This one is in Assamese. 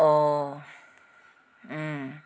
অঁ